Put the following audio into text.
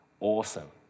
Awesome